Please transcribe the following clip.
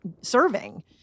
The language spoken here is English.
serving